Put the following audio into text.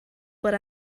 but